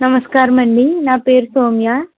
నమస్కారమండి నా పేరు సౌమ్య